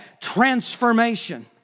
transformation